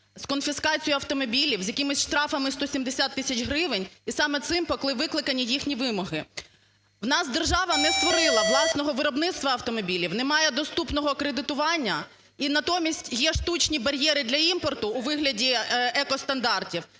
з конфіскацією автомобілів, з якимись штрафами 170 тисяч гривень, і саме цим викликані їхні вимоги. У нас держава не створила власного виробництва автомобілів, немає доступного кредитування і натомість є штучні бар'єри для імпорту у виглядіекостандартів